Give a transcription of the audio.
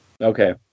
Okay